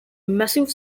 massive